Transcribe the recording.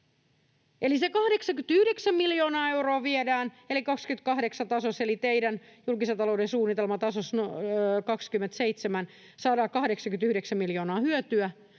Eli se 89 miljoonaa euroa viedään, eli vuoden 28 tasossa eli teidän julkisen talouden suunnitelman tasossa 27 saadaan 89 miljoonaa hyötyä,